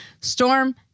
Storm